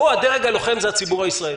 פה, הדרג הלוחם זה הציבור הישראלי.